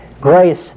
Grace